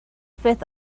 fifth